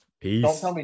Peace